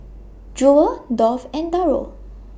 Jewel Dolph and Darold